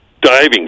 diving